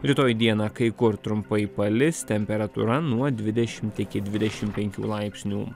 rytoj dieną kai kur trumpai palis temperatūra nuo dvidešimt iki dvidešim penkių laipsnių